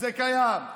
זה קיים.